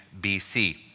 BC